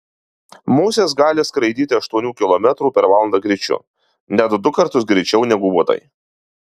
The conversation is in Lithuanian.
musės gali skraidyti aštuonių kilometrų per valandą greičiu net du kartus greičiau negu uodai